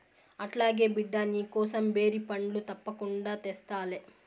అట్లాగే బిడ్డా, నీకోసం బేరి పండ్లు తప్పకుండా తెస్తాలే